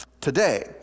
today